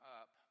up